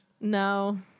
No